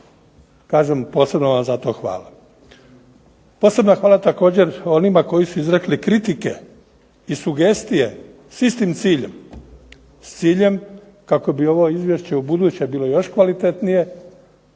Kažem posebno vam za to hvala. Posebno hvala također onima koji su izrazili kritike i sugestije s istim ciljem, s ciljem kako bi ovo izvješće ubuduće bilo još kvalitetnije,